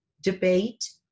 debate